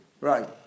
Right